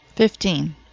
Fifteen